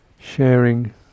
sharing